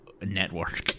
network